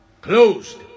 closed